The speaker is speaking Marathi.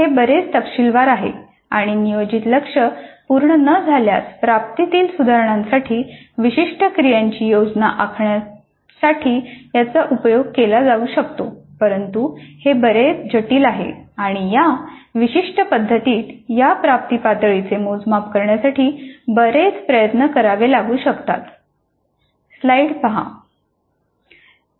हे बरेच तपशीलवार आहे आणि नियोजित लक्ष्य पूर्ण न झाल्यास प्राप्तीतील सुधारणांसाठी विशिष्ट क्रियांची योजना आखण्यासाठी याचा उपयोग केला जाऊ शकतो परंतु हे बरेच जटिल आहे आणि या विशिष्ट पद्धतीत या प्राप्ती पातळीचे मोजमाप करण्यासाठी बरेच प्रयत्न करावे लागू शकतात